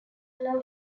allow